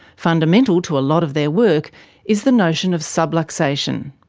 fundamental to a lot of their work is the notion of subluxation.